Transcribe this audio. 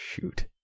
Shoot